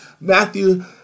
Matthew